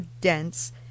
dense